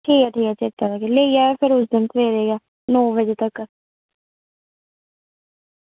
ठीक ऐ ठीक ऐ चेता रक्खगे लेई जाएओ फिर उस दिन लेई नौ बजे तक